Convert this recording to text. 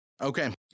Okay